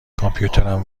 کامپیوترم